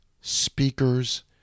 speaker's